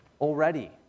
already